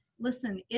Listen